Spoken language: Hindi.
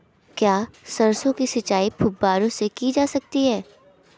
क्या सरसों की सिंचाई फुब्बारों से की जा सकती है?